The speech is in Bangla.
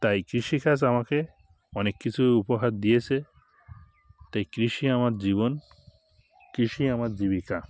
তাই কৃষিকাজ আমাকে অনেক কিছু উপহার দিয়েছে তাই কৃষি আমার জীবন কৃষি আমার জীবিকা